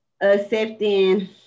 Accepting